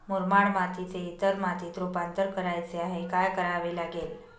मुरमाड मातीचे इतर मातीत रुपांतर करायचे आहे, काय करावे लागेल?